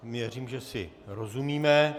Věřím, že si rozumíme.